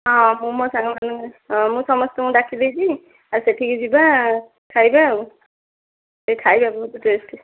ହଁ ମୁଁ ମୋ ସାଙ୍ଗମାନଙ୍କୁ ହଁ ମୁଁ ସମସ୍ତଙ୍କୁ ଡାକିଦେବି ଆଉ ସେଠିକି ଯିବା ଖାଇବା ଆଉ ସେଇଠି ଖାଇବା ବହୁତ ଟେଷ୍ଟି